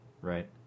right